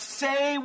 say